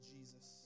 Jesus